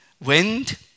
wind